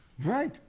Right